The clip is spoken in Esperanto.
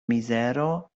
mizero